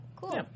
cool